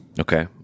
Okay